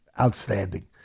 outstanding